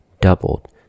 doubled